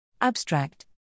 Abstract